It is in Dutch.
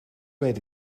weet